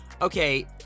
Okay